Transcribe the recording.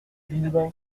dumoulin